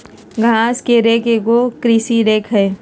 घास के रेक एगो कृषि रेक हइ